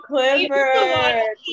Clifford